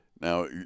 Now